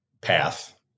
path